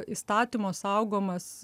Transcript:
įstatymo saugomas